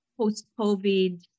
post-COVID